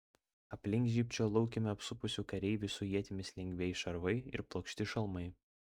aplink žybčiojo laukymę apsupusių kareivių su ietimis lengvieji šarvai ir plokšti šalmai